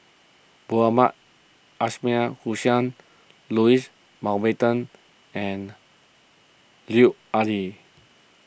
Mohamed Ismail Hussain Louis Mountbatten and Lut Ali